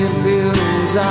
bills